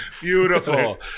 Beautiful